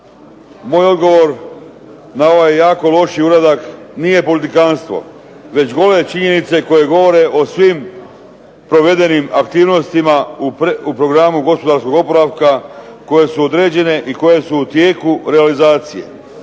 Moj odgovor na ovaj jako loši uradak nije politikanstvo već gole činjenice koje govore o svim provedenim aktivnostima u Programu gospodarskog oporavka koje su određene i koje su u tijeku realizacije.